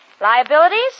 Liabilities